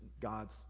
God's